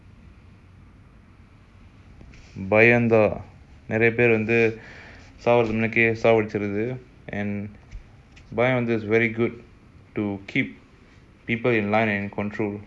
பயந்து:bayanthu very good to keep people in line and in control